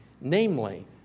namely